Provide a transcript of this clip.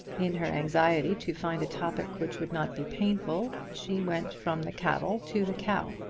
in her anxiety to find a topic which would not be painful, she went from the cattle to the cow.